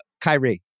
Kyrie